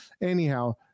anyhow